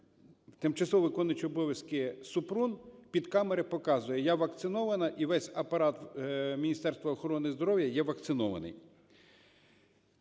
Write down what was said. тимчасовий виконувач обов'язків Супрун під камери показує: "я вакцинована і весь апарат Міністерства охорони здоров'я є вакцинований".